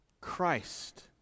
Christ